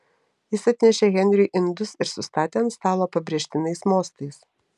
jis atnešė henriui indus ir sustatė ant stalo pabrėžtinais mostais